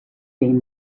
been